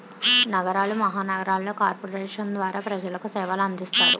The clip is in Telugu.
నగరాలు మహానగరాలలో కార్పొరేషన్ల ద్వారా ప్రజలకు సేవలు అందిస్తారు